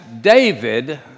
David